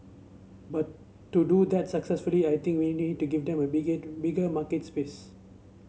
but to do that successfully I think we need to give them a bigger market space